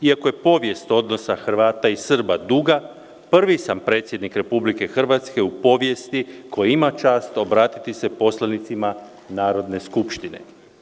Iako je povijest odnosa Hrvata i Srba duga, prvi sam predsjednik Republike Hrvatske u povijesti koji ima čast obratiti se poslanicima Narodne skupštine.